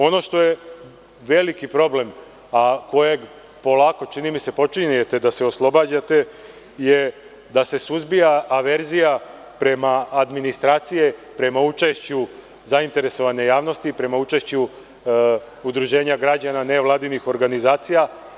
Ono što veliki problem, a kojeg polako, čini mi se, počinjete da se oslobađate je da se suzbija averzija administracije prema učešću zainteresovane javnosti, prema učešću udruženja građana, nevladinih organizacija.